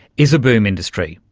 is a boom industry,